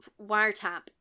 wiretap